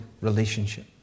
relationship